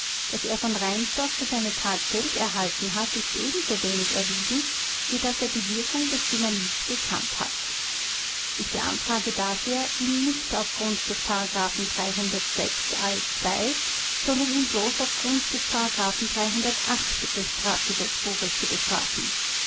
daß er von reinsdorf für seine tat geld erhalten hat ist ebensowenig erwiesen wie daß er die wirkung des dynamits gekannt hat ich beantrage daher ihn nicht auf grund des al sondern ihn bloß auf grund des des strafgesetzbuches zu bestrafen